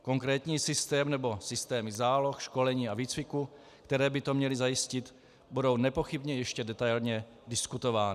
Konkrétní systém, nebo systém záloh, školení a výcviku, které by to měly zajistit, budou nepochybně ještě diskutovány.